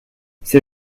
ces